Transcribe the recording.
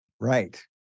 Right